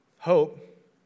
Hope